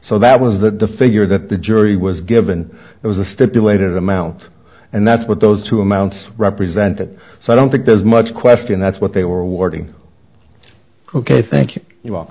so that was that the figure that the jury was given was a stipulated amount and that's what those who amounts represented so i don't think there's much question that's what they were awarding ok thank you